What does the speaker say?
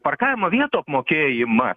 parkavimo vietų apmokėjimą